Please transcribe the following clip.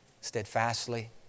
steadfastly